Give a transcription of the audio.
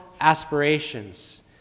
aspirations